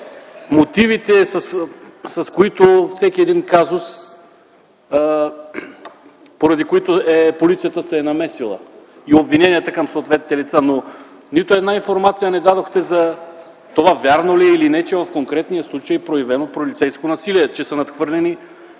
мотивите, с които всеки един случай полицията се е намесила, и обвиненията към съответните лица, но нито една информация не дадохте за това вярно ли е или не, че в конкретния случай е проявено полицейско насилие, че са надхвърлени